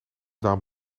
dame